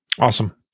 Awesome